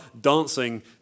dancing